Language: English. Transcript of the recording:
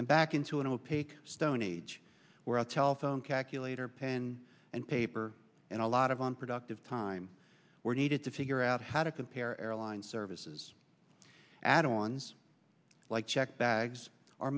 and back into an opaque stone age where a telephone calculator pen and paper and a lot of unproductive time were needed to figure out how to compare airline services add on's like check bags are